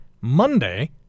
Monday